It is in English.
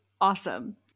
awesome